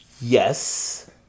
yes